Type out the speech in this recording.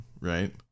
right